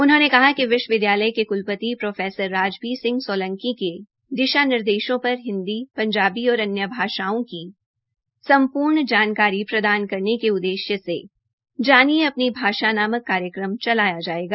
उन्होंने कहा कि विश्वविद्यालय के क्लपति प्रो राजबीर सिंह सोलंकी के दिशा निर्देशों पर हिन्दी पंजाबी और अन्य भाषाओं की सम्पूर्ण जानकारी प्रदान करने का उद्देश्य से जानिये अपनी भाषा नामक कार्यक्रम चलाया जायेगा